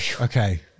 Okay